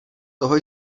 toho